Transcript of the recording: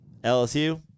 LSU